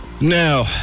now